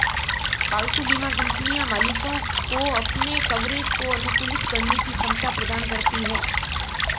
पालतू बीमा कंपनियां मालिकों को अपने कवरेज को अनुकूलित करने की क्षमता प्रदान करती हैं